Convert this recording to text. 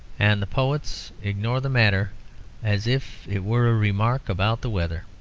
and the poets ignore the matter as if it were a remark about the weather.